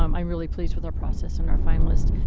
um i'm really pleased with our process and our finalist.